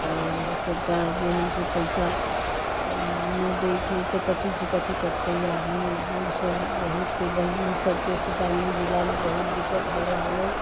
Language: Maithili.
आओर सरकार जे हइ से पैसा नहि दै छै तऽ कथिसँ कथि करतै आदमी बूढ़ सभ बुजुर्ग सभकेँ सीतामढ़ी जिलामे बहुत दिक्कत हो रहल हइ